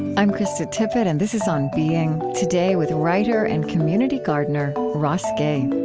i'm krista tippett, and this is on being. today, with writer and community gardener ross gay